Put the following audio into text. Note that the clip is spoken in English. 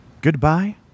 goodbye